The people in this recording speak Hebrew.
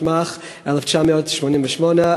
התשמ"ח 1988,